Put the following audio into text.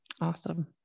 awesome